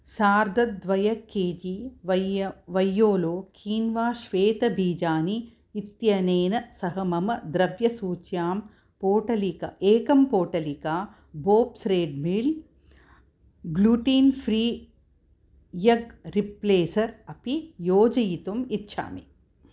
सार्धद्वय K G वैय वैयोलो quinoa श्वेतबीजानि इत्यनेन सह मम द्रव्यसूच्यां पोटलिका एकम् पोटलिका Bob's Red Mill gluten free egg replacer अपि योजयितुम् इच्छामि